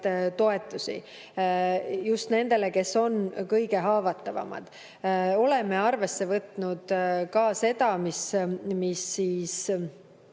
toetusi just nendele, kes on kõige haavatavamad. Oleme arvesse võtnud ka seda, mis